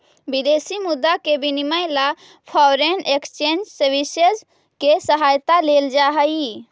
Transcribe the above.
विदेशी मुद्रा के विनिमय ला फॉरेन एक्सचेंज सर्विसेस के सहायता लेल जा हई